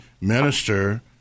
minister